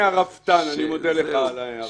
אדוני הרפתן, אני מודה לך על ההערה.